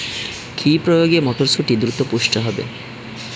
কি প্রয়োগে মটরসুটি দ্রুত পুষ্ট হবে?